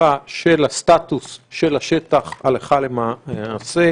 מקיפה של הסטטוס של השטח הלכה למעשה,